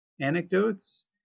anecdotes